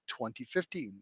2015